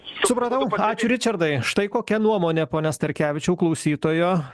supratau ačiū ričardai štai kokia nuomonė pone starkevičiau klausytojo